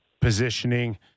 positioning